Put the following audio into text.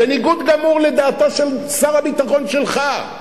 בניגוד גמור לדעתו של שר הביטחון שלך.